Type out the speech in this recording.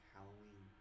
Halloween